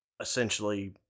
essentially